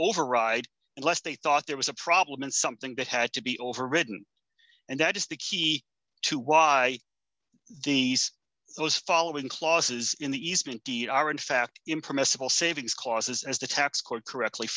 override unless they thought there was a problem and something that had to be overridden and that is the key to why these those following clauses in the east indeed are in fact impermissible savings clauses as the tax court correctly